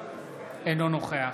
אינו נוכח